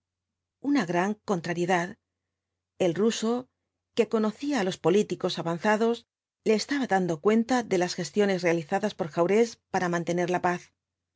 una gran contrariedad el raso que conocía á los políticos avanzados le estaba dando cuenta de las gestiones realizadas por jaurés para mantener la paz